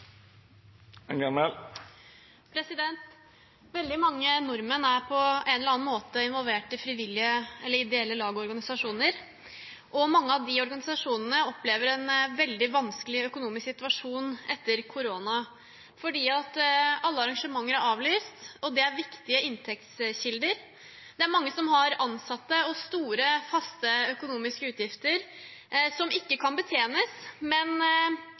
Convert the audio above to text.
institusjonene. Veldig mange nordmenn er på en eller annen måte involvert i frivillige eller ideelle lag og organisasjoner. Mange av de organisasjonene opplever en veldig vanskelig økonomisk situasjon etter korona, for mange arrangementer er avlyst, og det er viktige inntektskilder. Det er mange som har ansatte og store, faste økonomiske utgifter som ikke kan betjenes, men